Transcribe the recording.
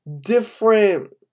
different